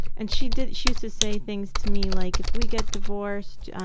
and she did, she used to say things to me like, if we get divorced,